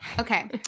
Okay